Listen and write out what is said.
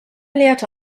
lehrte